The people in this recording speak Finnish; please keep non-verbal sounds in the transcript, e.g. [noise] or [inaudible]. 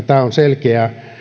[unintelligible] tämä on selkeä